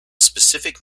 specific